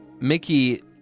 Mickey